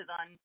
on